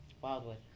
wildwood